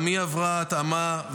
גם היא עברה התאמה,